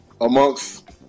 amongst